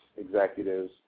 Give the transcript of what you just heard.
executives